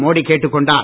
மோடி கேட்டுக் கொண்டார்